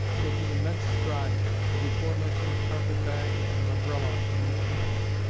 taking immense strides, the before-mentioned carpet-bag and an umbrella in his hands,